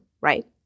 right